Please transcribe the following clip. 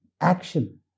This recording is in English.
action